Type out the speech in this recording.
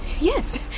Yes